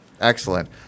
excellent